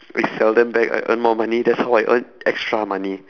we sell them back I earn more money that's how I earn extra money